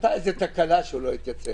הייתה איזושהי תקלה שבגינה לא התייצב.